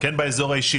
כן באזור האישי,